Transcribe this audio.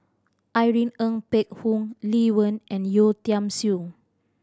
Irene Ng Phek Hoong Lee Wen and Yeo Tiam Siew